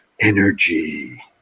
energy